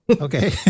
Okay